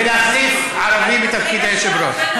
ולהחליף ערבי מתפקיד היושב-ראש.